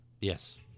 Yes